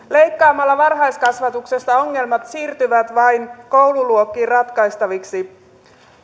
leikkaamalla varhaiskasvatuksesta ongelmat siirtyvät vain koululuokkiin ratkaistaviksi